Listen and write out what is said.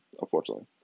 unfortunately